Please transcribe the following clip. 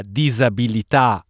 disabilità